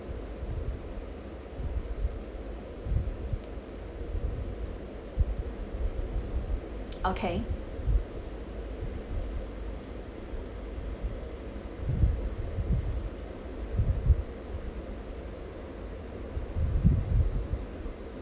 okay